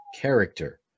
character